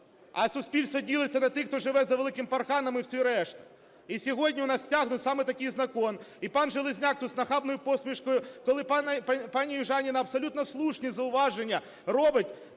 а суспільство ділиться на тих, хто живе за великим парканом, і всі решта. І сьогодні у нас саме такий закон, і пан Железняк тут з нахабною посмішкою, коли пані Южаніна абсолютно слушні зауваження робить,